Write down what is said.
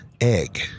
egg